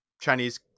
Chinese